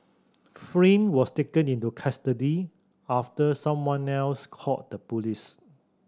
Flynn was taken into custody after someone else called the police